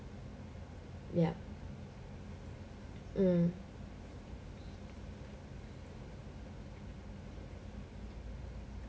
yup mm